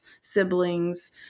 siblings